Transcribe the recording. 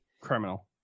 Criminal